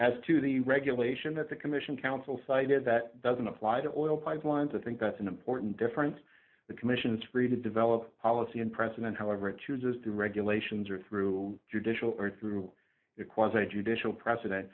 as to the regulation that the commission counsel cited that doesn't apply that oil pipelines i think that's an important difference the commission is free to develop policy and president however it chooses to regulations or through judicial or through acquires a judicial precedent